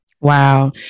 Wow